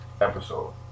episode